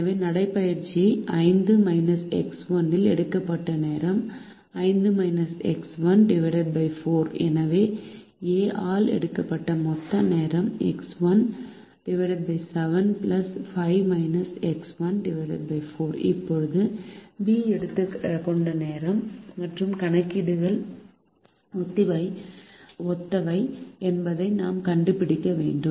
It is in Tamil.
எனவே நடைபயிற்சி இல் எடுக்கப்பட்ட நேரம் 4 எனவே A ஆல் எடுக்கப்பட்ட மொத்த நேரம் X1 5−X1 7 4 இப்போது B எடுத்த நேரம் மற்றும் கணக்கீடுகள் ஒத்தவை என்பதை நாம் கண்டுபிடிக்க வேண்டும்